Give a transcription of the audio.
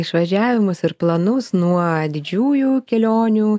išvažiavimus ir planus nuo didžiųjų kelionių